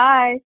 Bye